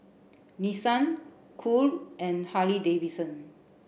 Nissan Cool and Harley Davidson